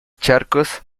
charcos